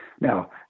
Now